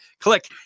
click